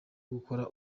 gukora